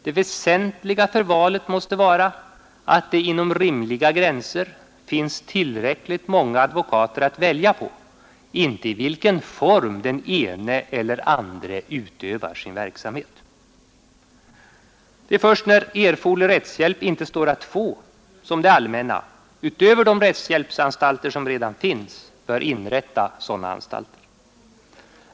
Det väsentliga för valet måste vara att det inom rimliga gränser finns tillräckligt många advokater att välja på, inte i vilken form den ene eller andre utövar sin verksamhet. Det är först när erforderlig rättshjälp inte står att få som det allmänna — utöver de rättshjälpsanstalter som redan finns — bör inrätta sådana anstalter.